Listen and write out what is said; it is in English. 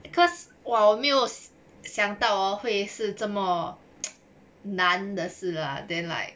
because 我没有想到 hor 会是这么难的事 lah then like